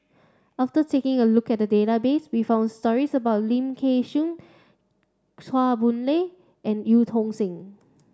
after taking a look at the database we found stories about Lim Kay Siu Chua Boon Lay and Eu Tong Sen